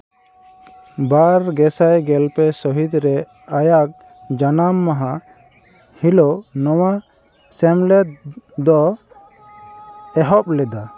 ᱵᱟᱨ ᱜᱮᱥᱟᱭ ᱜᱮᱞ ᱯᱮ ᱥᱟᱹᱦᱤᱛ ᱨᱮ ᱟᱭᱟᱜ ᱡᱟᱱᱟᱢ ᱢᱟᱦᱟ ᱦᱤᱞᱳᱜ ᱱᱚᱣᱟ ᱥᱮᱢᱞᱮᱫ ᱫᱚ ᱮᱦᱚᱵ ᱞᱮᱫᱟ